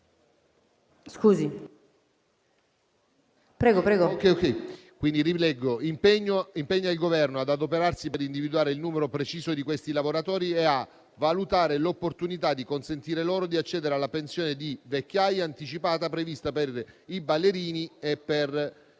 profilo nel mondo dello spettacolo, impegna il Governo: ad adoperarsi per individuare il numero preciso di questi lavoratori e a valutare l'opportunità di consentire loro di accedere alla pensione di vecchiaia anticipata prevista per i ballerini e i